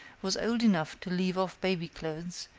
was old enough to leave off baby clothes,